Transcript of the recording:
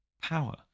Power